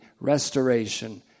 restoration